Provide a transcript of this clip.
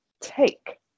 take